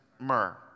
myrrh